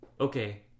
okay